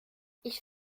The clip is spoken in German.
ich